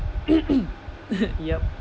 yup